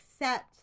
accept